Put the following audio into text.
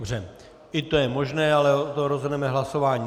Dobře, i to je možné, ale o tom rozhodneme hlasováním.